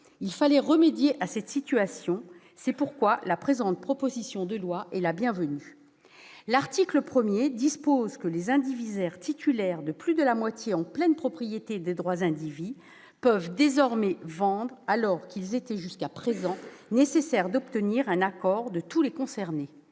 Il fallait remédier à cette situation. C'est pourquoi la présente proposition de loi est la bienvenue. L'article 1 dispose que les indivisaires titulaires de plus de la moitié en pleine propriété des droits indivis pourront désormais vendre, alors qu'il fallait jusqu'à présent obtenir l'accord de toutes les personnes